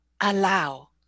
allow